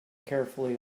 carefully